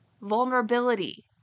vulnerability